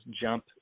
jump